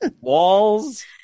Walls